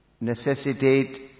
necessitate